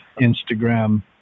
Instagram